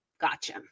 Gotcha